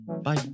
Bye